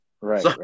Right